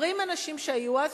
אומרים אנשים שהיו אז,